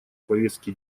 повестки